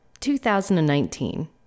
2019